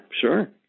sure